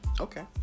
Okay